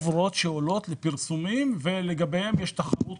מדובר על אותן חוברות שעולות לפרסומים ולגביהן יש תחרות